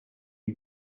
you